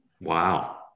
wow